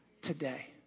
today